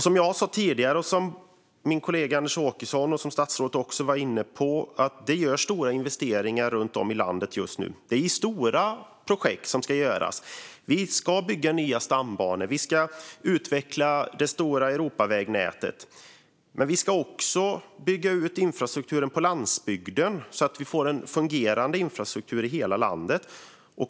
Som jag och min kollega Anders Åkesson sa tidigare och som statsrådet också var inne på görs stora investeringar runt om i landet just nu. Det handlar om stora projekt. Vi ska bygga nya stambanor, och vi ska utveckla det stora Europavägnätet. Men vi ska också bygga ut infrastrukturen på landsbygden så att vi får en fungerande infrastruktur i hela landet.